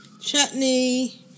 Chutney